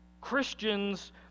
Christians